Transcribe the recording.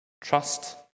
Trust